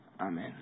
Amen